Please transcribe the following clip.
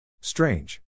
Strange